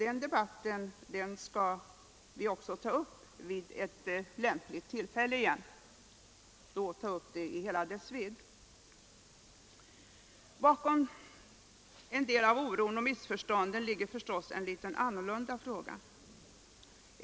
Den debatten skall vi också ta upp vid ett lämpligt tillfälle, och då skall vi diskutera frågan i hela dess vidd. Bakom en del av oron och missförstånden ligger förstås en litet annorlunda fråga.